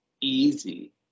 easy